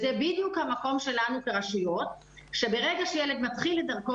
זה בדיוק המקום שלנו הרשויות שברגע שילד מתחיל את דרכו